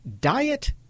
diet